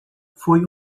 foi